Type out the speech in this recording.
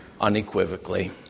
unequivocally